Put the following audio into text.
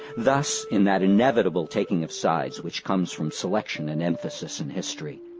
thus, in that inevitable taking of sides which comes from selection and emphasis in history,